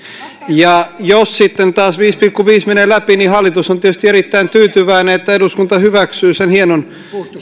jos sitten taas viisi pilkku viisi menee läpi niin hallitus on tietysti erittäin tyytyväinen että eduskunta hyväksyy sen hienon